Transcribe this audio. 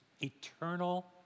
eternal